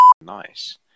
Nice